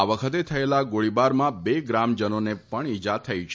આ વખતે થયેલા ગોળીબારમાં બે ગ્રામજનોને પણ ઇજા થઇ છે